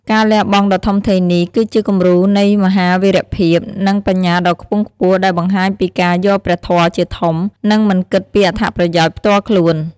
ការលះបង់ដ៏ធំធេងនេះ គឺជាគំរូនៃមហាវីរភាព និងបញ្ញាដ៏ខ្ពង់ខ្ពស់ ដែលបង្ហាញពីការយកព្រះធម៌ជាធំ និងមិនគិតពីអត្ថប្រយោជន៍ផ្ទាល់ខ្លួន។